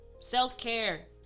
Self-care